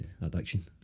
addiction